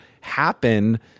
happen